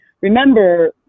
Remember